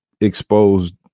exposed